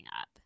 up